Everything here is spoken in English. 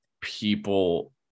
people